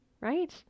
right